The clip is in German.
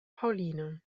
pauline